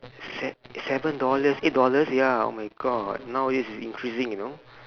se seven dollars eight dollars ya oh my god nowadays it's increasing you know